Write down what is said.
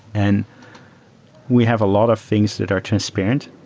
and we have a lot of things that are transparent,